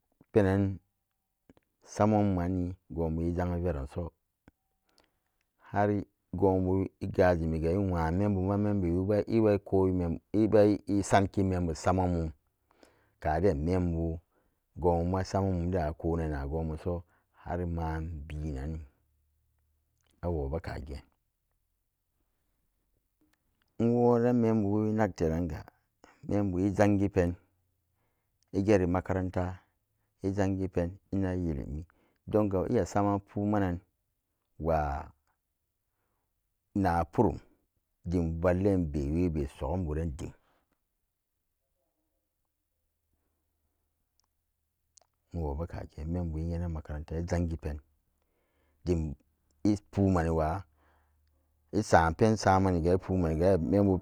Penan sama mumanni goon bu i jang veronso har goon bu i gajumi ga i waan menbuga membebuma ikoyi i bai sanki menbu samamun kaden menbu goon bu ma sama mumden a konan na goon bu so har maan binanni awobe kageen i woran memba inagteran ga membu i jangi pen i geri makaranta i jangi pen inagi noni donga iya saman pumanan waa purum dim vallen bee webe sogum bura an dim i wo be kageen i nyenan makaranta dim i pumanniga wa i sampesamanigo i pumani membu